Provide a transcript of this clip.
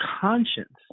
conscience